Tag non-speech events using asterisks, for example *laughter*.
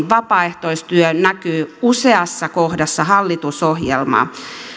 *unintelligible* vapaaehtoistyö näkyy useassa kohdassa hallitusohjelmaa